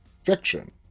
fiction